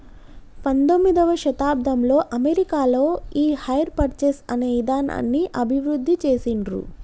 పంతొమ్మిదవ శతాబ్దంలో అమెరికాలో ఈ హైర్ పర్చేస్ అనే ఇదానాన్ని అభివృద్ధి చేసిండ్రు